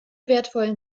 wertvollen